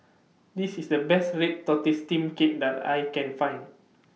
This IS The Best Red Tortoise Steamed Cake that I Can Find